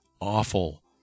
awful